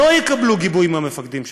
הם לא יקבלו גיבוי מהמפקדים שלהם.